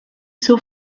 zur